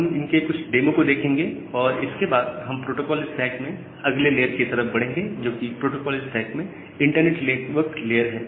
हम इनके कुछ डेमो को देखेंगे और इसके बाद हम प्रोटोकोल स्टैक में अगले लेयर की तरफ बढ़ेंगे जो कि प्रोटोकोल स्टैक में इंटरनेट नेटवर्क लेयर है